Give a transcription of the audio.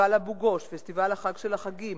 פסטיבל אבו-גוש, פסטיבל "החג של החגים",